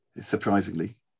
surprisingly